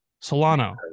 Solano